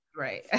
Right